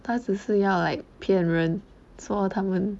他只是要 like 骗人说他们